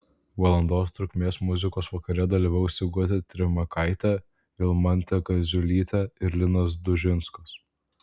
valandos trukmės muzikos vakare dalyvaus sigutė trimakaitė vilmantė kaziulytė ir linas dužinskas